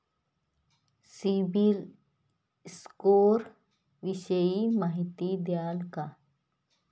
CIBIL score विषयी माहिती द्याल का?